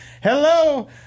Hello